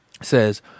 says